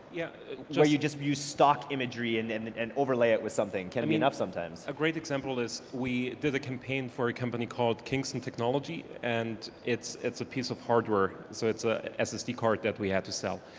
yeah so you just use stock imagery and and and overlay it with something, can it be enough sometimes? a great example is we did a campaign for a company called kingston technology and it's it's a piece of hardware, so it's a ssd card that we had to sell,